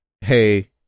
hey